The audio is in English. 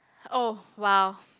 oh !wow!